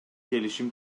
келишим